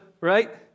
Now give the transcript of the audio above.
right